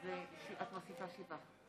מוסיפה שבעה.